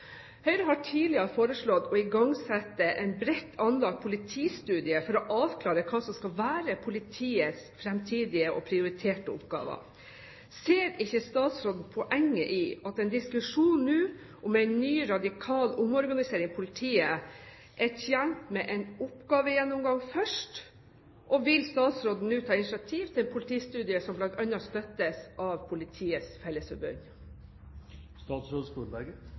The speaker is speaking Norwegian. Høyre har tidligere foreslått å igangsette en bredt anlagt politistudie for å avklare hva som skal være politiets framtidige og prioriterte oppgaver. Ser ikke statsråden poenget i at en diskusjon nå om en ny, radikal omorganisering i politiet er tjent med en oppgavegjennomgang først? Og vil statsråden nå ta initiativ til en politistudie, som bl.a. støttes av Politiets